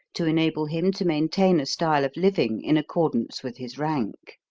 to enable him to maintain a style of living in accordance with his rank.